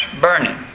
burning